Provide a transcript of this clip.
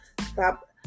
stop